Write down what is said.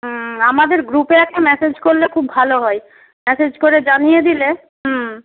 হুম আমাদের গ্রুপে একটা মেসেজ করলে খুব ভালো হয় মেসেজ করে জানিয়ে দিলে হুম